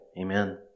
amen